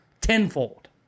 tenfold